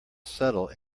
settle